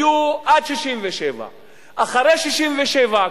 היו עד 67'. אחרי 67',